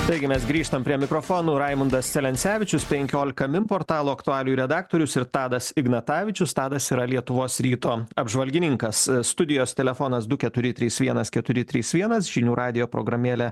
taigi mes grįžtam prie mikrofono raimundas celencevičius penkiolika min portalo aktualijų redaktorius ir tadas ignatavičius tadas yra lietuvos ryto apžvalgininkas studijos telefonas du keturi trys vienas keturi trys vienas žinių radijo programėlė